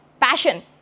passion